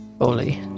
Oli